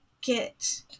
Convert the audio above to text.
get